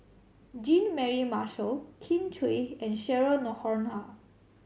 Jean Mary Marshall Kin Chui and Cheryl Noronha